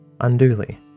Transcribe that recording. unduly